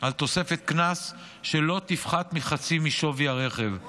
על תוספת קנס שלא תפחת מחצי משווי הרכב.